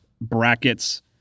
brackets